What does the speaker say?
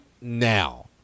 now